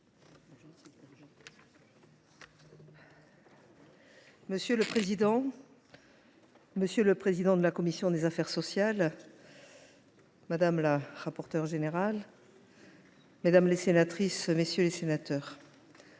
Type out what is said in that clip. Monsieur le président, monsieur le président de la commission des affaires sociales, madame la rapporteure générale, mesdames, messieurs les sénateurs,